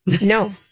no